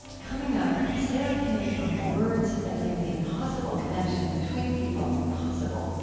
coming up, sarah kay on words that make the impossible connection between people possible.